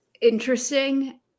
Interesting